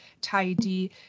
tidy